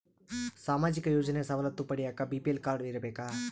ಸಾಮಾಜಿಕ ಯೋಜನೆ ಸವಲತ್ತು ಪಡಿಯಾಕ ಬಿ.ಪಿ.ಎಲ್ ಕಾಡ್೯ ಇರಬೇಕಾ?